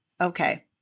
Okay